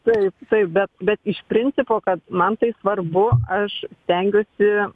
taip taip bet bet iš principo kad man tai svarbu aš stengiuosi